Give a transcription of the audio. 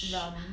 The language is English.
rum